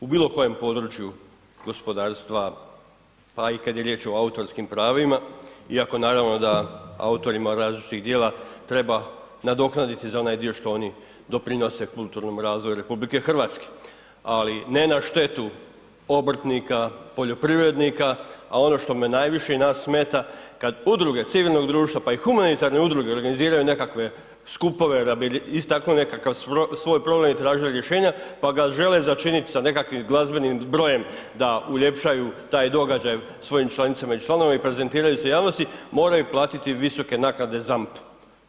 U bilo kojem području gospodarstva, pa i kad je riječ o autorskim pravima, iako naravno da autorima različitih djela treba nadoknaditi za onaj dio što oni doprinose kulturnom razvoju RH, ali ne na štetu obrtnika, poljoprivrednika, a ono što me najviše i nas, smeta, kad udruge civilnog društva, pa i humanitarne udruge organiziraju nekakve skupove da bi istaknuli nekakav svoj problem i tražili rješenja pa ga žele začiniti sa nekakvim glazbenim brojem da uljepšaju taj događaj svojim članicama i članovima i prezentiraju se javnosti, moraju platiti visoke naknade ZAMP-u.